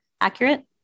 accurate